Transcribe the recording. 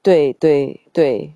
对对对